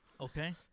okay